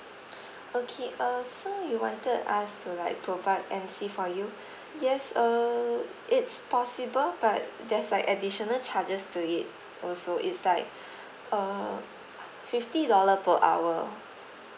okay uh so you wanted us to like provide emcee for you yes err it's possible but there's like additional charges to it also it's like err fifty dollar per hour